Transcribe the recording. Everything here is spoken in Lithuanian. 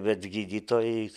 vet gydytojai